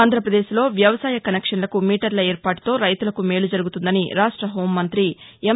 ఆంధ్రప్రదేశ్ లో వ్యవసాయ కనెక్షన్లకు మీటర్ల ఏర్పాటుతో రైతులకు మేలు జరగుతుందని త్త రాష్ట్ల హోంమంగ్రితి ఎం